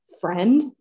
friend